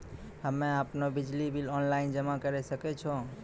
हम्मे आपनौ बिजली बिल ऑनलाइन जमा करै सकै छौ?